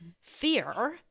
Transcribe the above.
fear